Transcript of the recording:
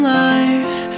life